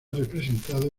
representado